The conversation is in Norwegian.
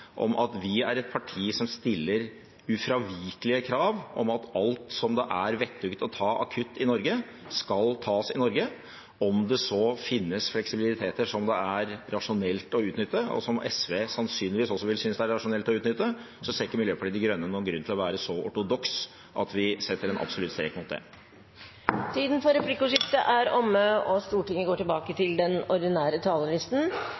om, etter å ha hørt Miljøpartiet De Grønne i noen år, at vi er et parti som stiller ufravikelige krav om at alt som er vettug å ta av kutt i Norge, skal tas i Norge. Om det finnes fleksibiliteter som det er rasjonelt å utnytte, og som også SV sannsynligvis vil synes det er rasjonelt å utnytte, ser ikke Miljøpartiet De Grønne noen grunn til å være så ortodokse at vi setter en absolutt strek mot det. Replikkordskiftet er omme.